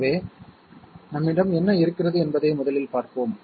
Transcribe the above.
எனவே நம்மிடம் என்ன இருக்கிறது என்பதை முதலில் பார்ப்போம்